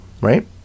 right